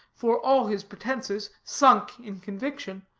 for all his pretenses, sunk in conviction,